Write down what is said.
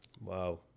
Wow